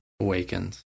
Awakens